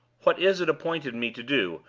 what is it appointed me to do,